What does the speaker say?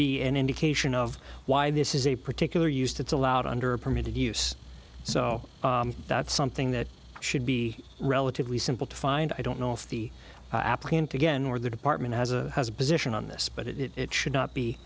be an indication of why this is a particular used it's allowed under a permitted use so that's something that should be relatively simple to find i don't know if the applicant again or the department has a position on this but it should not be